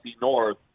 North